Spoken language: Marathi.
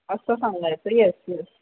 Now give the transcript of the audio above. असं सांगायचं येस येस